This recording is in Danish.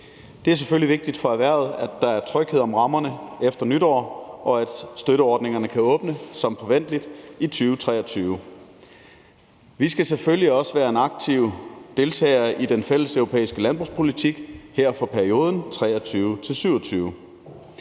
Det er selvfølgelig vigtigt for erhvervet, at der er tryghed om rammerne efter nytår, og at støtteordningerne kan åbne som forventeligt i 2023. Vi skal selvfølgelig også være en aktiv deltager i den fælleseuropæiske landbrugspolitik her for perioden 2023-27.